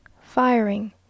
Firing